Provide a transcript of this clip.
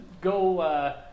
go